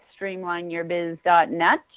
streamlineyourbiz.net